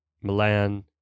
Milan